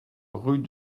rue